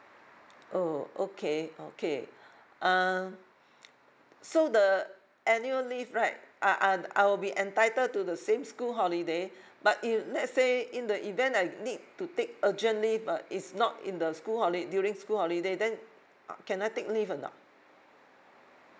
oh okay okay (umh) so the annual leave right I I I will be entitled to the same school holiday but if let's say in the event I need to take urgent leave ah it's not in the school holi~ during school holiday then can I take leave or not